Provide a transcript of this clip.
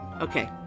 Okay